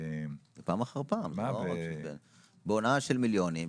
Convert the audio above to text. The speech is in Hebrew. זה פעם אחר פעם בהונאה של מיליונים,